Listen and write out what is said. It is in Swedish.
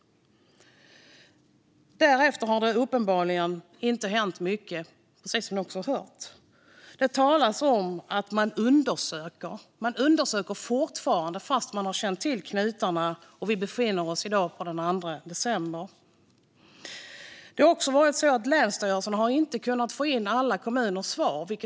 Därefter har det uppenbarligen inte hänt mycket. Det talas om att man undersöker. Man undersöker fortfarande, fastän man har känt till knutarna och fastän vi i dag är framme vid den 2 december. Länsstyrelserna har heller inte kunnat få in alla kommuners svar.